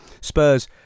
Spurs